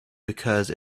because